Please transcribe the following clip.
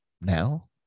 Now